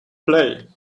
play